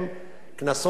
והוצאות משפט,